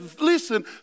listen